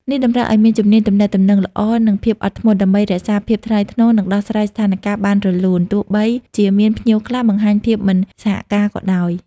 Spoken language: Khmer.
នេះតម្រូវឲ្យមានជំនាញទំនាក់ទំនងល្អ និងភាពអត់ធ្មត់ ដើម្បីរក្សាភាពថ្លៃថ្នូរ និងដោះស្រាយស្ថានការណ៍បានរលូន ទោះបីជាមានភ្ញៀវខ្លះបង្ហាញភាពមិនសហការក៏ដោយ។